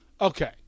okay